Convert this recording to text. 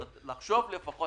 לפחות,